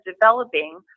developing